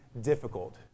difficult